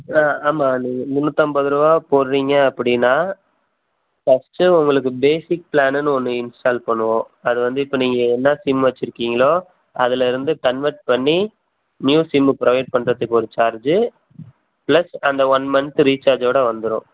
ஆ ஆமாம் நீங்கள் முந்நூற்றம்பது ரூவா போடறீங்க அப்படின்னா ஃபர்ஸ்ட்டு உங்களுக்கு பேசிக் ப்ளானுன்னு ஒன்று இன்ஸ்ட்டால் பண்ணுவோம் அது வந்து இப்போ நீங்கள் என்ன சிம் வைச்சுருக்கீங்களோ அதுலிருந்து கன்வர்ட் பண்ணி நியூ சிம்மு ப்ரொவைட் பண்ணுறதுக்கு ஒரு சார்ஜு ப்ளஸ் அந்த ஒன் மன்த் ரீசார்ஜோடு வந்துடும்